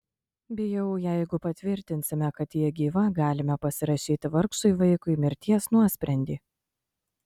bijau jeigu patvirtinsime kad ji gyva galime pasirašyti vargšui vaikui mirties nuosprendį